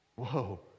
whoa